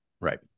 right